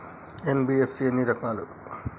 NBFC ఎన్ని రకాలు?